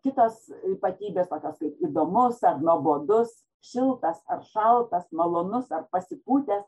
kitos ypatybės tokios kaip įdomus ar nuobodus šiltas ar šaltas malonus ar pasipūtęs